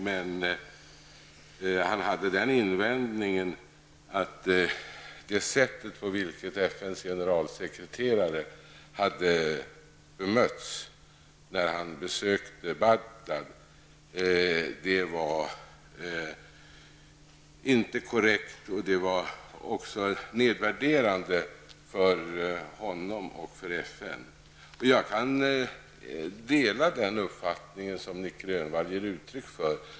Men han hade den invändningen att sättet på vilket FNs generalsekreterare hade bemötts, när denne besökte Bagdad inte var korrekt utan nedvärderande för generalsekreteraren och för FN. Jag kan dela den uppfattning som Nic Grönvall ger uttryck för.